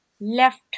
left